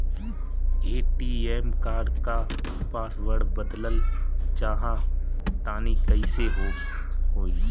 ATM card क password बदलल चाहा तानि कइसे होई?